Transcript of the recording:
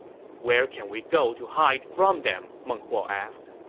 where can we go to hide from them? meng huo asked